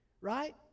right